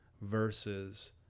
versus